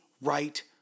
right